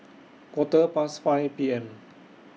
Quarter Past five P M